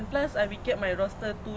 oh that's a bit leceh